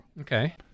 Okay